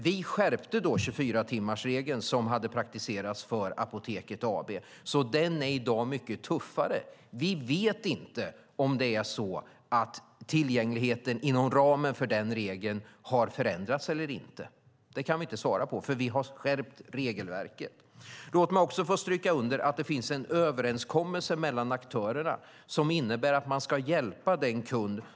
Vi skärpte då 24-timmarsregeln som hade praktiserats för Apoteket AB, så den är i dag mycket tuffare. Vi vet inte om tillgängligheten inom ramen för den regeln har förändrats eller inte. Det kan vi inte svara på, för vi har skärpt regelverket. Låt mig också få stryka under att det finns en överenskommelse mellan aktörerna som innebär att man ska hjälpa kunderna.